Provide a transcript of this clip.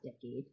decade